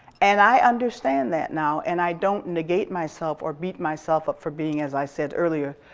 and i understand that now and i don't negate myself or beat myself up for being as i said earlier,